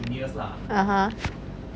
(uh huh)